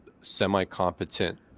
semi-competent